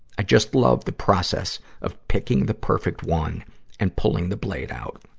i just love the process of picking the perfect one and pulling the blade out.